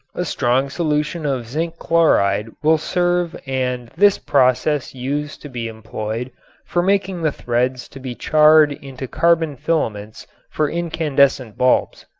a strong solution of zinc chloride will serve and this process used to be employed for making the threads to be charred into carbon filaments for incandescent bulbs.